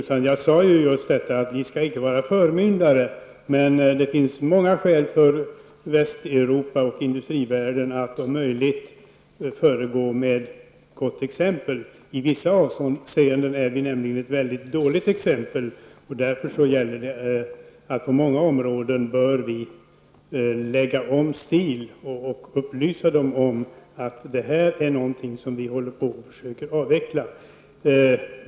Herr talman! Reynoldh Furustrand, jag sade ju just att vi icke skall vara förmyndare, men det finns många skäl för Västeuropa och industrivärlden att om möjligt föregå med gott exempel. I vissa avseenden är vi nämligen ett mycket dåligt exempel. Därför gäller det att vi på många områden bör lägga om stil och upplysa dem om att detta är något som vi håller på att försöka avveckla.